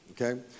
okay